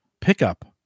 pickup